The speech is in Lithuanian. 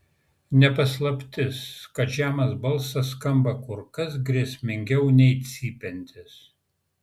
ne paslaptis kad žemas balsas skamba kur kas grėsmingiau nei cypiantis